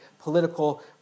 political